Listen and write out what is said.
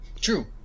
True